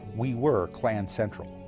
we were klan central.